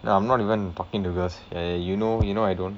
no I'm not even talking to girls eh you know you know I don't